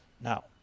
Now